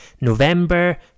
November